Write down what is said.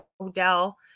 O'Dell